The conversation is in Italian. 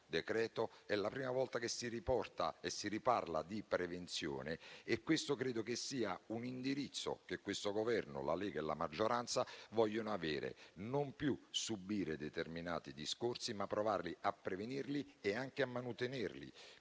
decreto è la prima volta che si riparla di prevenzione. Credo che questo sia un indirizzo che questo Governo, la Lega e la maggioranza vogliono avere: non più subire determinati discorsi, ma provare a prevenirli e a manutenerli.